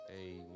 Amen